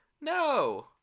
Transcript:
No